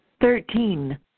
thirteen